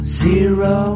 zero